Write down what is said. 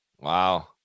Wow